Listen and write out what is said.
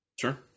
Sure